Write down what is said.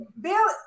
Bill